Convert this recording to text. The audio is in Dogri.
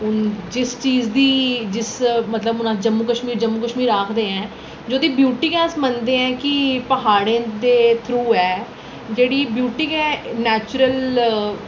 कोई जिस चीज दी जिस मतलब हून अस जम्मू कश्मीर जम्मू कश्मीर आखदे आं जेह्दी ब्यूटी गै अस मनदे आं कि प्हाड़ें दे थ्रू ऐ जेह्ड़ी ब्यूटी गै नैचुरल